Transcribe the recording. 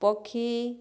ପକ୍ଷୀ